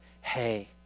Hey